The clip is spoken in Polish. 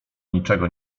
niczego